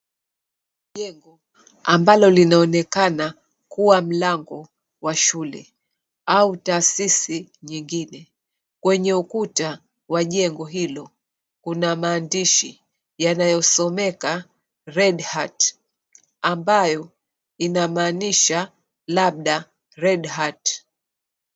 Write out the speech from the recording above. Jengo ambalo linaonekana kuwa mlango wa shule au tasisi nyingine. Kwenye ukuta wa jengo hilo kuna maandishi yanayosomeka red heart ambayo inamaanisha labda red heart.